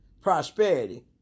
Prosperity